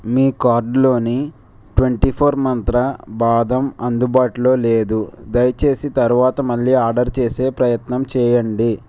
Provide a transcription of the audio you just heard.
మీ కార్టులోని twenty four Mantra బాదం అందుబాటులో లేదు దయచేసి తరువాత మళ్ళీ ఆర్డర్ చేసే ప్రయత్నం చేయండి